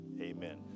Amen